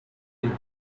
there